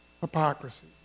hypocrisy